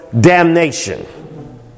damnation